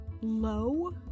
low